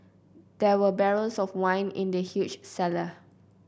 there were barrels of wine in the huge cellar